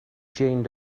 jane